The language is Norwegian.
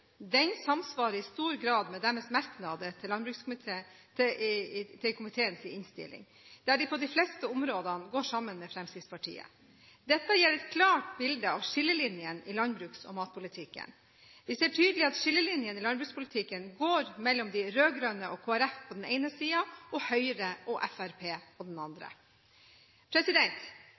Den samsvarer i stor grad med deres merknader i komiteens innstilling, der de på de fleste områdene går sammen med Fremskrittspartiet. Dette gir et klart bilde av skillelinjene i landbruks- og matpolitikken. Vi ser tydelig at skillelinjene i landbrukspolitikken går mellom de rød-grønne og Kristelig Folkeparti på den ene siden og Høyre og Fremskrittspartiet på den andre